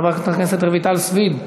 חברת הכנסת רויטל סויד,